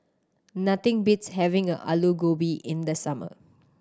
nothing beats having a Alu Gobi in the summer